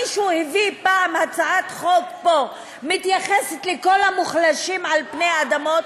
מישהו הביא פעם הצעת חוק שמתייחסת לכל המוחלשים על פני האדמה?